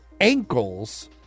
ankles